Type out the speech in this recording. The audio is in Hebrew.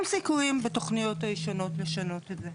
שום סיכויים בתוכניות הישנות לשנות את זה.